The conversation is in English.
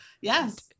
Yes